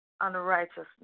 unrighteousness